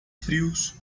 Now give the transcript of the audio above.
frios